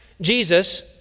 Jesus